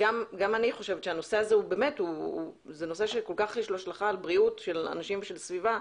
גם אני חושבת שלנושא הזה יש השלכה על בריאות של אנשים ושל סביבה,